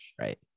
Right